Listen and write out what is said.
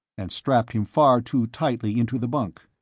and strapped him far too tightly into the bunk.